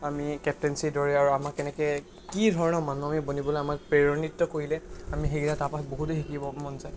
আমি কেপ্টেইঞ্চী দৰে আৰু আমি কেনেকৈ কি ধৰণৰ মানুহ বনিবলৈ আমাক প্ৰেৰণিত কৰিলে আমি সেইকিটা তাপা বহুতে শিকিব মন যায়